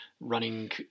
running